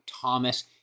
Thomas